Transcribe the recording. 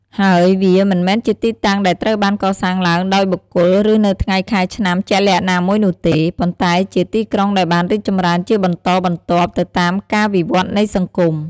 ហើយវាមិនមែនជាទីតាំងដែលត្រូវបានកសាងឡើងដោយបុគ្គល ឬនៅថ្ងៃខែឆ្នាំជាក់លាក់ណាមួយនោះទេ ប៉ុន្តែជាទីក្រុងដែលបានរីកចម្រើនជាបន្តបន្ទាប់ទៅតាមការវិវត្តនៃសង្គម។